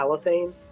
halothane